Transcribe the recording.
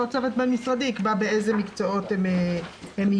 צוות בין משרדי יקבע באיזה מקצועות הם יהיו.